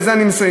ובזה אני מסיים,